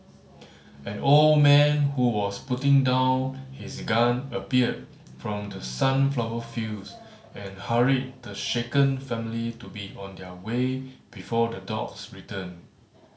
an old man who was putting down his gun appeared from the sunflower fields and hurried the shaken family to be on their way before the dogs return